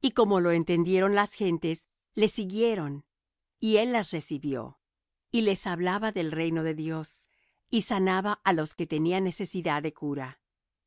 y como lo entendieron las gentes le siguieron y él las recibió y les hablaba del reino de dios y sanaba á los que tenían necesidad de cura